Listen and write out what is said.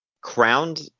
crowned